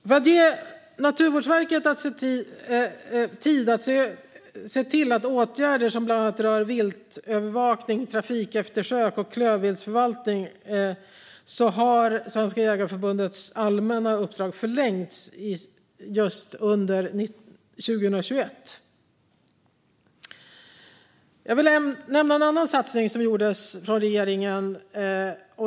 För att ge Naturvårdsverket tid att se till att åtgärder som bland annat rör viltövervakning, trafikeftersök och klövviltsförvaltning utförs har Svenska Jägareförbundets allmänna uppdrag förlängts just under 2021. Jag vill även nämna en annan satsning som gjordes från regeringen.